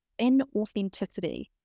Inauthenticity